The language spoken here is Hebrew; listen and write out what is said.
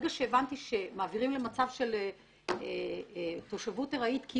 אין שום משמעות פרקטית כשמעבירים למצב של תושבות ארעית.